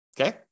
okay